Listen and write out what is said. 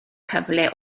cyfle